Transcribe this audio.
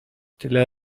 tyle